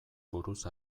buruz